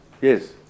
Yes